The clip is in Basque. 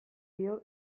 dio